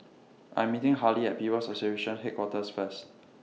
I'm meeting Harlie At People's Association Headquarters First